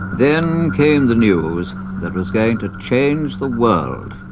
then came the news that was going to change the world.